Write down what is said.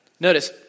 Notice